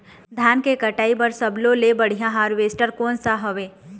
धान के कटाई बर सब्बो ले बढ़िया हारवेस्ट कोन सा हवए?